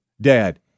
Dad